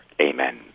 Amen